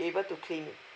be able to claim